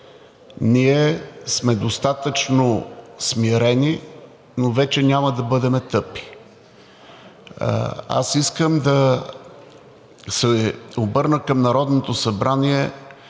Ние сме достатъчно смирени, но вече няма да бъдем тъпи. Аз искам да се обърна към Народното събрание